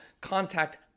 contact